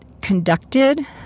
conducted